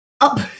up